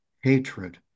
hatred